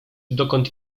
dokąd